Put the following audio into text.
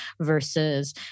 versus